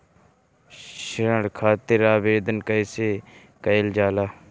ऋण खातिर आवेदन कैसे कयील जाला?